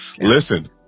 Listen